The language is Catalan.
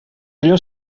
allò